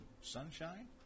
sunshine